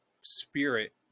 spirit